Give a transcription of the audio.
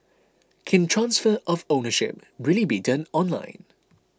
can transfer of ownership really be done online